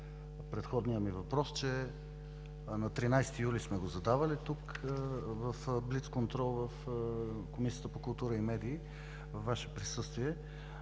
предходния ми въпрос, че на 13 юли сме го задавали тук, в блицконтрол в Комисията по култура и медии във Ваше присъствие.